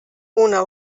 una